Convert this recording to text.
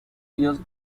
ellos